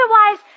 Otherwise